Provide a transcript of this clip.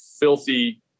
filthy